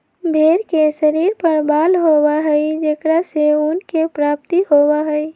भेंड़ के शरीर पर बाल होबा हई जेकरा से ऊन के प्राप्ति होबा हई